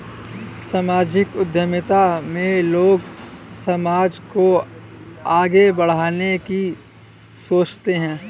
सामाजिक उद्यमिता में लोग समाज को आगे बढ़ाने की सोचते हैं